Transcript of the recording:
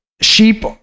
sheep